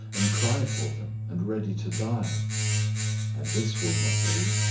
and cry for them, and ready to die and this will not do?